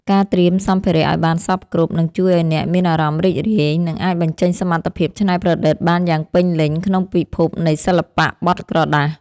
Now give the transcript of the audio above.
ការត្រៀមសម្ភារៈឱ្យបានសព្វគ្រប់នឹងជួយឱ្យអ្នកមានអារម្មណ៍រីករាយ និងអាចបញ្ចេញសមត្ថភាពច្នៃប្រឌិតបានយ៉ាងពេញលេញក្នុងពិភពនៃសិល្បៈបត់ក្រដាស។